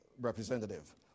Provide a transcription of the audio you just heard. representative